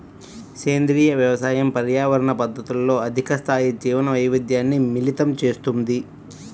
సేంద్రీయ వ్యవసాయం పర్యావరణ పద్ధతులతో అధిక స్థాయి జీవవైవిధ్యాన్ని మిళితం చేస్తుంది